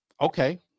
okay